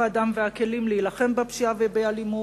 האדם והכלים להילחם בפשיעה ובאלימות.